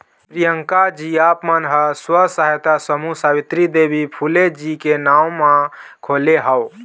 प्रियंकाजी आप मन ह स्व सहायता समूह सावित्री देवी फूले जी के नांव म खोले हव